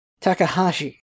Takahashi